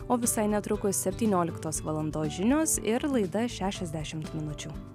o visai netrukus septynioliktos valandos žinios ir laida šešiasdešimt minučių